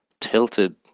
tilted